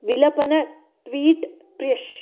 विलपन tweet प्र्यष्